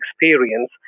experience